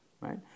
right